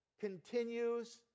continues